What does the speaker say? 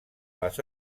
les